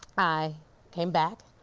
i came back.